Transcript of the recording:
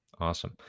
Awesome